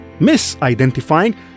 misidentifying